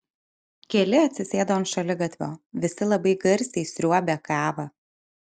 keli atsisėdo ant šaligatvio visi labai garsiai sriuobė kavą